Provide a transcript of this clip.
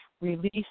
release